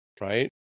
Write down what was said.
right